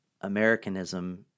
Americanism